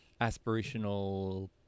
aspirational